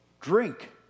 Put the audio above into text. drink